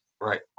Right